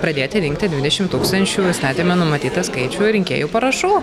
pradėti rinkti dvidešimt tūkstančių įstatyme numatytą skaičių rinkėjų parašų